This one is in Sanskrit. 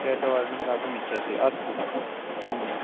श्वेतवर्णं दातुं इच्छसि अस्तु